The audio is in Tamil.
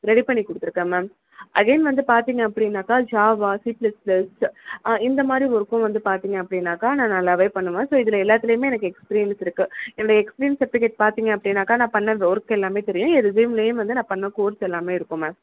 ரெடி பண்ணி கொடுத்திருக்கேன் மேம் அகைன் வந்து பார்த்தீங்க அப்படினாக்க ஜாவா சி பிளஸ் பிளஸ் இந்தமாதிரி ஒர்க்கும் வந்து பார்த்தீங்க அப்படின்னாக்க நான் நல்லாவே பண்ணுவேன் ஸோ இதில் எல்லாத்துலேமே எனக்கு எக்ஸ்பிரியன்ஸ் இருக்குது என்னுடைய எக்ஸ்பிரியன்ஸ் செர்டிஃபிகேட்ஸ் பார்த்தீங்க அப்படின்னாக்கா நான் பண்ண ஒர்க் எல்லாமே தெரியும் என் ரெஸ்யூம்லேயும் வந்து நான் பண்ண கோர்ஸ் எல்லாமே இருக்கும் மேம்